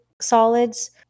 solids